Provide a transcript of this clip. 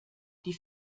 die